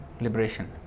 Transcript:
liberation